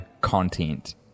content